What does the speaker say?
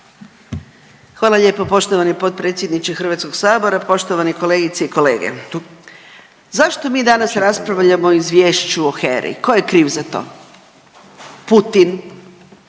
Hvala lijepo. Poštovani g. potpredsjedniče HS-a, poštovane kolegice i kolege. Zašto mi danas mi raspravljamo o Izvješću o HERA-i, tko je kriv za to? Putin,